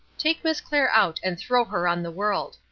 take miss clair out and throw her on the world.